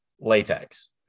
latex